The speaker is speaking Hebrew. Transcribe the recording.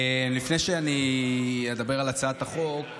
לפני שאני אדבר על הצעת החוק,